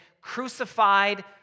crucified